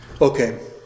okay